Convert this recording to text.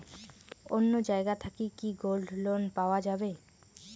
অন্য জায়গা থাকি কি গোল্ড লোন পাওয়া যাবে?